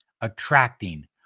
attracting